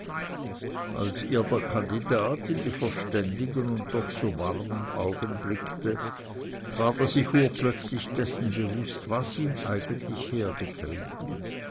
als ihr der kandidat in die verständigen und doch so warmen augen blickte ward er sich urplötzlich dessen bewußt was ihn eigentlich hergetrieben